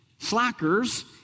Slackers